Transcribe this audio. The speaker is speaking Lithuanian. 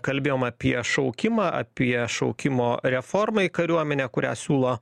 kalbėjom apie šaukimą apie šaukimo reformą į kariuomenę kurią siūlo